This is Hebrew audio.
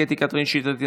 קטי קטרין שטרית,